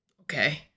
Okay